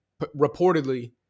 reportedly